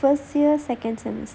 first year second semester